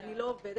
אני לא עובדת.